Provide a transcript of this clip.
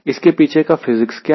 इसके पीछे का फिजिक्स क्या है